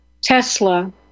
Tesla